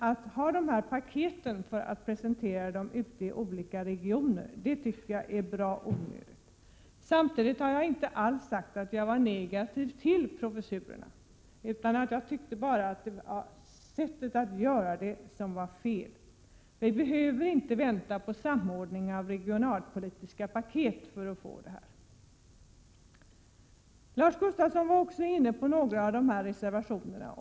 Att ha det här paketet för att presentera det ute i olika regioner tycker jag är bra onödigt. Samtidigt vill jag påstå att jag inte alls har sagt att jag är negativ till professurerna. Jag tyckte bara att sättet att inrätta dem på var fel. Vi behöver inte vänta på samordningen av regionalpolitiska paket. Lars Gustafsson gick också in på några av reservationerna.